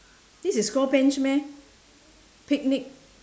this is called bench meh picnic